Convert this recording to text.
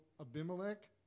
abimelech